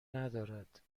ندارد